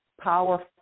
power